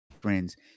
friends